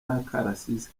akarasisi